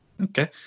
Okay